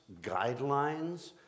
guidelines